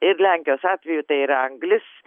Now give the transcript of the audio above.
ir lenkijos atveju tai yra anglis